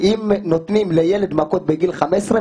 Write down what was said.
אם נותנים לילד מכות בגיל 15,